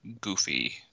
goofy